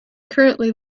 currently